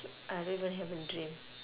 I don't even have a dream